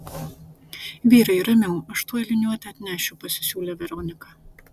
vyrai ramiau aš tuoj liniuotę atnešiu pasisiūlė veronika